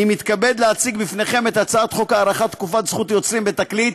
אני מתכבד להציג בפניכם את הצעת חוק הארכת תקופת זכות יוצרים בתקליט